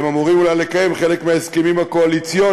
הם אמורים אולי לקיים חלק מההסכמים הקואליציוניים